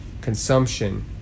consumption